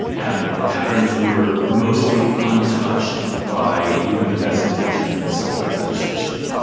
and the patterns were mostly untouched by even the best intentioned civil rights legislation.